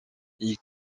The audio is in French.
ils